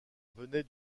venait